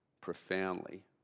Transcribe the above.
profoundly